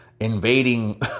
invading